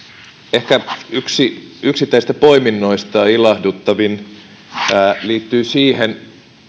yksittäisistä poiminnoista ehkä ilahduttavin liittyy siihen